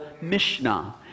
Mishnah